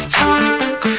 talk